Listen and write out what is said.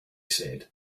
said